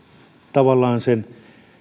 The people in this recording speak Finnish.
tavallaan sen